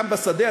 שם בשדה,